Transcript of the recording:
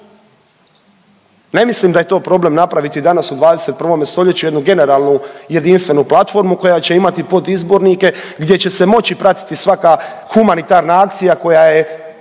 ne mislim da je to problem napraviti danas u 21. stoljeću jednu generalnu jedinstvenu platformu koja će imati podizbornike gdje će se moći pratiti svaka humanitarna akcija koja